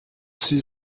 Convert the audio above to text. sie